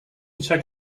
check